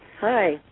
Hi